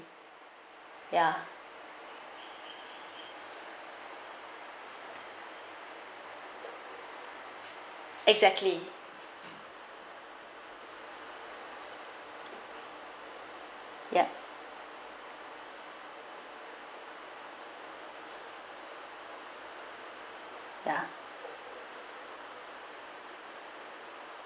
ya exactly yup ya